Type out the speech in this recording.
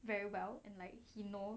very well and like he know